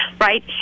right